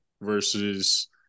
versus